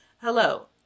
Hello